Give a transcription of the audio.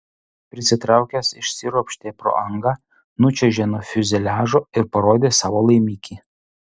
prisitraukęs išsiropštė pro angą nučiuožė nuo fiuzeliažo ir parodė savo laimikį